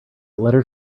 letter